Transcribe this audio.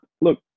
look